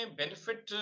benefit